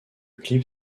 clip